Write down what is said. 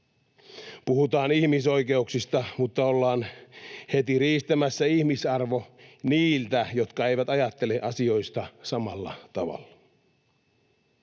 Puhutaan ihmisoikeuksista, mutta ollaan heti riistämässä ihmisarvo niiltä, jotka eivät ajattele asioista samalla tavalla.